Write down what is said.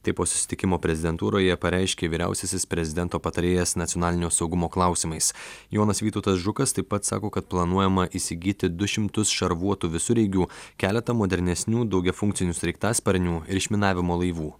tai po susitikimo prezidentūroje pareiškė vyriausiasis prezidento patarėjas nacionalinio saugumo klausimais jonas vytautas žukas taip pat sako kad planuojama įsigyti du šimtus šarvuotų visureigių keletą modernesnių daugiafunkcinių sraigtasparnių ir išminavimo laivų